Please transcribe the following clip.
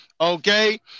Okay